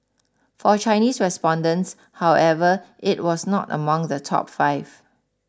for Chinese respondents however it was not among the top five